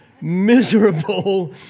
miserable